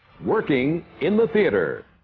working in the theatre.